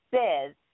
says